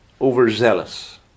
overzealous